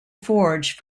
forged